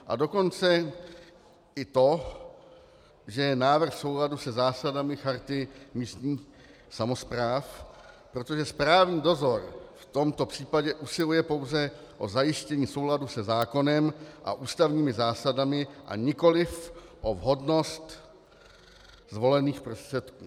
A dokonce i to, že je návrh v souladu se zásadami Charty místních samospráv, protože správní dozor v tomto případě usiluje pouze o zajištění souladu se zákonem a ústavními zásadami, a nikoliv o vhodnost zvolených prostředků.